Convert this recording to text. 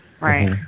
Right